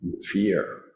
Fear